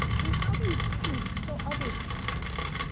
and how do you teach, so others could learn?